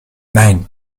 nein